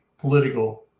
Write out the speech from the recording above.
political